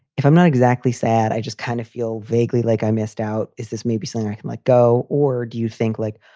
if i'm not exactly sad, i just kind of feel vaguely like i missed out. is this maybe so and i can, like, go or do you think like.